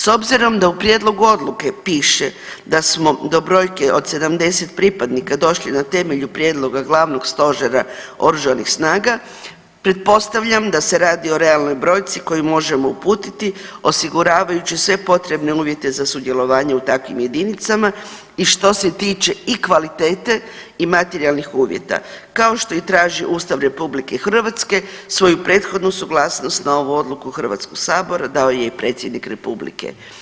S obzirom da u prijedlogu odluke piše da smo do brojke od 70 pripadnika došli na temelju prijedloga Glavnog stožera Oružanih snaga pretpostavljam da se radi o realnoj brojci koju možemo uputiti osiguravajući sve potrebne uvjete za sudjelovanje u takvim jedinicama i što se tiče i kvalitete i materijalnih uvjeta kao što i traži Ustav RH svoju prethodnu suglasnost na ovu odluku Hrvatskog sabora dao je i Predsjednik Republike.